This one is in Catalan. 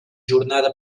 jornada